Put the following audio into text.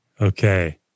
Okay